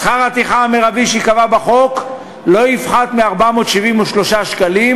שכר הטרחה המרבי שייקבע בחוק לא יפחת מ-473 שקלים,